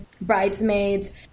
bridesmaids